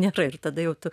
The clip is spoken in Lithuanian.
nėra ir tada jau tu